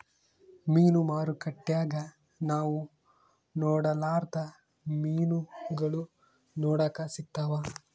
ಮೀನು ಮಾರುಕಟ್ಟೆಗ ನಾವು ನೊಡರ್ಲಾದ ಮೀನುಗಳು ನೋಡಕ ಸಿಕ್ತವಾ